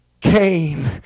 Came